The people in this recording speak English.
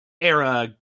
era